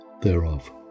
thereof